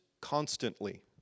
constantly